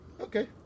Okay